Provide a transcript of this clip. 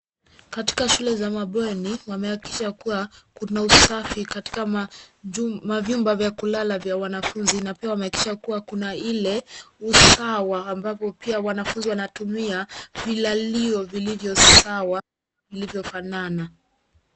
Katika shule za mabweni wamehakikisha kuwa kuna usafi katika mavyumba vya kulala vya wanafunzi na pia wamehakikisha kuwa kuna ile usawa ambapo pia wanafunzi wanatumia vilalio vilivyo sawa vilivyofanana.